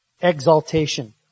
exaltation